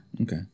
Okay